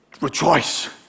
rejoice